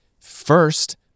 First